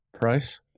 price